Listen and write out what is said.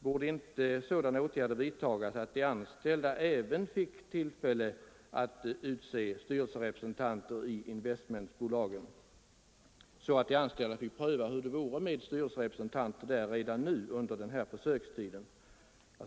Borde inte sådana åtgärder vidtas att de anställda även fick tillfälle att utse styrelserepresentanter i investmentbolagen så att de kunde pröva hur det vore med styrelserepresentanter där redan under försökstiden?